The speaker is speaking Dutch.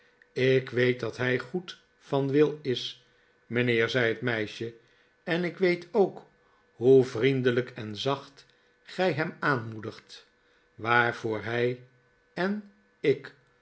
ik weet dat hij goed van wil is mijnheer zei het meisje en ik weet ook hoe vriendelijk en zacht gij hem aanmoedigt waarvoor hij en ik